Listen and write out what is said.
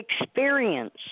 experience